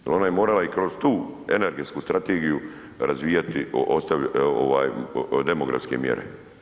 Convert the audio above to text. Jer ona je morala i kroz tu energetsku strategiju razvijati demografske mjere.